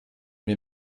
mir